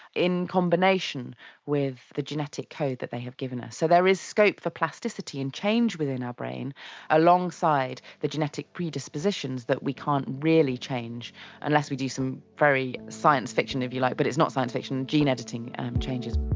in combination with the genetic code that they have given us. so there is scope for plasticity and change within our brain alongside the genetic predispositions that we can't really change unless we do some very science-fiction, if you like, but it's not science-fiction, gene editing changes.